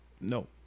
No